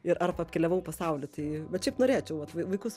ir arba apkeliavau pasaulį tai bet šiaip norėčiau vat vai vaikus